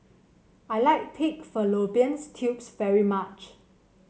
I like Pig Fallopian Tubes very much